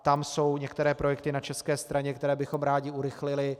Tam jsou některé projekty na české straně, které bychom rádi urychlili.